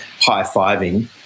high-fiving